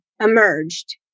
emerged